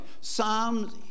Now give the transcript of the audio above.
Psalms